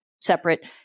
separate